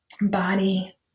body